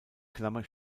klammer